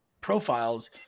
profiles